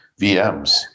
VMs